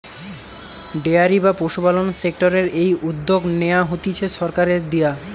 dairy বা পশুপালন সেক্টরের এই উদ্যগ নেয়া হতিছে সরকারের দিয়া